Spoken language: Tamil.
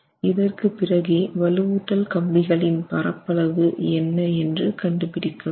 இதற்கு பிறகே வலுவூட்டல் கம்பிகளின் பரப்பளவு என்ன என்று கண்டுபிடிக்க வேண்டும்